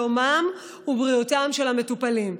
שלומם ובריאותם של המטופלים,